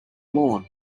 lawn